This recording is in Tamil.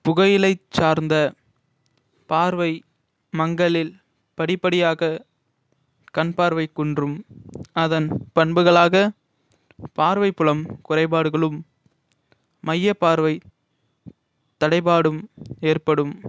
புகையிலை சார்ந்த பார்வை மங்கலில் படிப்படியாக கண்பார்வை குன்றும் அதன் பண்புகளாக பார்வைப் புலம் குறைபாடுகளும் மையப் பார்வைத் தடைபாடும் ஏற்படும்